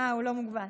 הוא לא מוגבל.